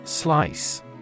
Slice